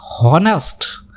honest